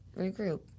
regroup